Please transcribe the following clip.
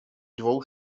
dvou